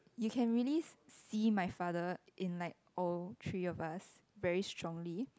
you can really see my father in like all three of us very strongly